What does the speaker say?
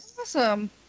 Awesome